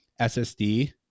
SSD